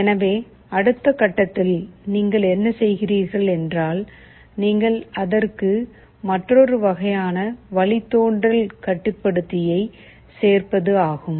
எனவே அடுத்த கட்டத்தில் நீங்கள் என்ன செய்கிறீர்கள் என்றால் நீங்கள் அதற்கு மற்றொரு வகையான வழித்தோன்றல் கட்டுப்படுத்தியைச் சேர்ப்பது ஆகும்